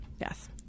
yes